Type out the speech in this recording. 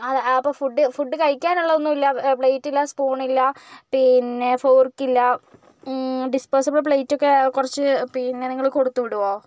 ആ അപ്പോൾ food food കഴിക്കാൻ ഉള്ളത് ഒന്നുമില്ല പ്ലേറ്റില്ല സ്പൂണില്ല പിന്നെ ഫോർകില്ല ഡിസ്പോസിബിൾ പ്ലേറ്റ് ഒക്കെ കുറച്ച് പിന്നെ നിങ്ങള് കൊടുത്ത് വിടുവോ